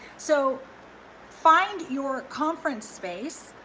so find your conference space,